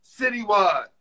citywide